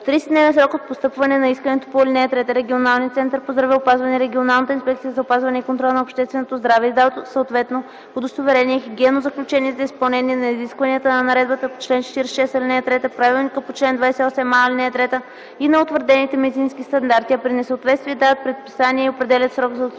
30-дневен срок от постъпване на искането по ал. 3 регионалният център по здравеопазване и регионалната инспекция за опазване и контрол на общественото здраве издават съответно удостоверение и хигиенно заключение за изпълнение на изискванията на наредбата по чл. 46, ал. 3, правилника по чл. 28а, ал. 3 и на утвърдените медицински стандарти, а при несъответствие дават предписания и определят срок за отстраняването